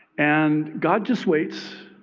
and god just waits.